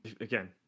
again